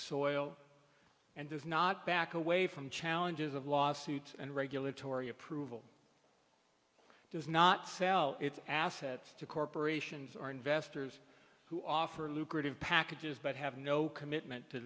soil and does not back away from challenges of lawsuit and regulatory approval does not sell its assets to corporations are investors who offer lucrative packages but have no commitment to